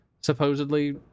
supposedly